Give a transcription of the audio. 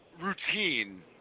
routine